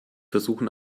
versuchen